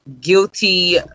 guilty